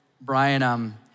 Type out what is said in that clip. Brian